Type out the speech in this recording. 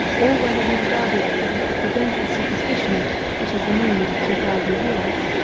or whether we regard it as an accidental superstition which has remained for two thousand years.